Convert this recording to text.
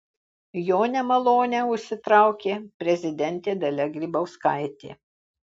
jo nemalonę užsitraukė prezidentė dalia grybauskaitė